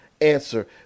answer